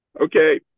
Okay